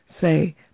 Say